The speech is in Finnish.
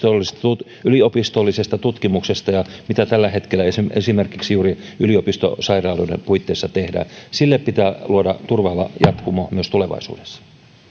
huolestunut yliopistollisesta tutkimuksesta ja siitä mitä tällä hetkellä esimerkiksi juuri yliopistosairaaloiden puitteissa tehdään sille pitää luoda turvaava jatkumo myös tulevaisuudessa